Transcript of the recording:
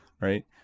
right